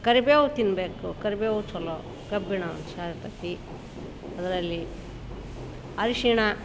ಕರಿಬೇವು ತಿನ್ನಬೇಕು ಕರಿಬೇವು ಚಲೋ ಕಬ್ಬಿಣಾಂಶ ಇರ್ತದೆ ಅದರಲ್ಲಿ ಅರಿಶಿಣ